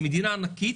זו מדינה ענקית.